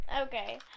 Okay